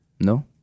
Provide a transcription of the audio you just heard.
No